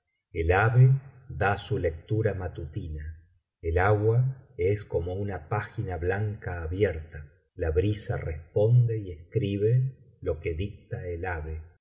da su lectura matutina el agua es como una página blanca abierta la brisa responde y escribe lo que dicta el ave